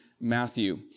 Matthew